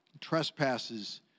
trespasses